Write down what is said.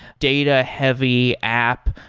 data heavy app.